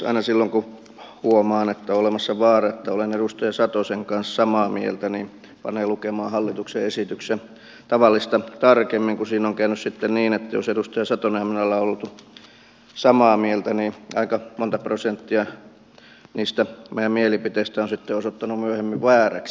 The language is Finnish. aina silloin kun huomaan että on olemassa vaara että olen edustaja satosen kanssa samaa mieltä se panee lukemaan hallituksen esityksen tavallista tarkemmin kun siinä on käynyt sitten niin että jos edustaja satonen ja minä olemme olleet samaa mieltä niin aika monta prosenttia niistä meidän mielipiteistämme on sitten osoittautunut myöhemmin vääräksi